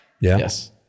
Yes